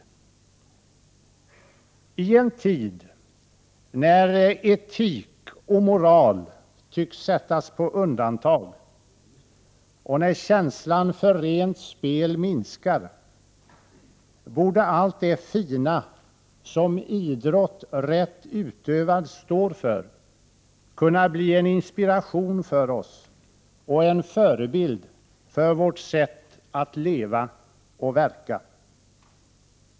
I en tid när etik och moral tycks sättas på undantag och när känslan för rent spel minskar borde allt det fina som idrott rätt utövad står för kunna bli en inspiration för oss och en förebild för vårt sätt att leva och verka.